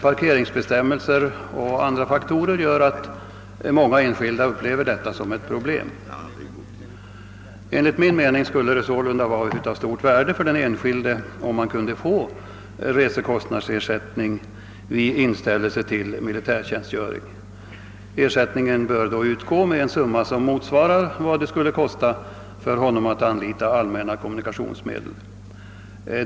Parkeringsbestämmelser och andra faktorer gör att många enskilda upplever detta som ett problem. Enligt min mening skulle det sålunda vara av stort värde för den enskilde, om han kunde få resekostnadsersättning vid inställelse till militärtjänstgöring. Ersättningen bör utgå med en summa, som motsvarar vad det skulle kosta för honom att anlita allmänna kommunikationsmedel.